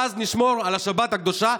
ואז נשמור על השבת הקדושה.